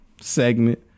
Segment